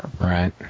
Right